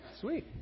Sweet